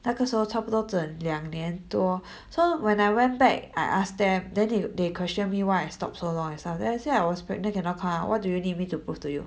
那个时候差不多整两年多 so when I went back I ask them then they they question me why I stop so long last time then I say I was pregnant cannot come what what do you need to prove to you